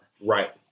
Right